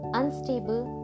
unstable